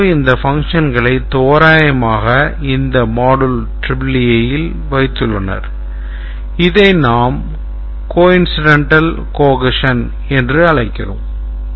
யாரோ இந்த functionகளை தோராயமாக இந்த module AAA இல் வைத்துள்ளனர் இதை நாம் coincidental cohesion என்று அழைக்கிறோம்